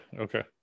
okay